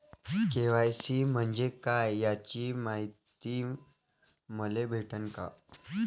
KYC म्हंजे काय याची मायती मले भेटन का?